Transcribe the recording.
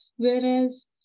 Whereas